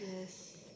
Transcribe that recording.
yes